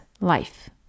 life